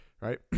right